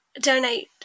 donate